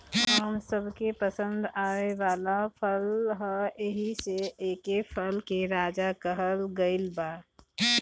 आम सबके पसंद आवे वाला फल ह एही से एके फल के राजा कहल गइल बा